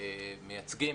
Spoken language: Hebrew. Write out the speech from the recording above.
מייצגים,